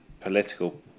Political